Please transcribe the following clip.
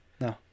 No